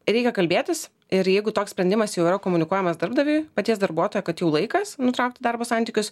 reikia kalbėtis ir jeigu toks sprendimas jau yra komunikuojamas darbdaviui paties darbuotojo kad jau laikas nutraukti darbo santykius